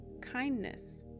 kindness